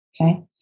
okay